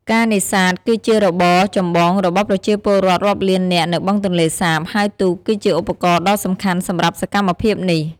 ការនេសាទ គឺជារបរចម្បងរបស់ប្រជាពលរដ្ឋរាប់លាននាក់នៅបឹងទន្លេសាប ហើយទូកគឺជាឧបករណ៍ដ៏សំខាន់សម្រាប់សកម្មភាពនេះ។